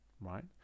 right